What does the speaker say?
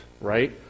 right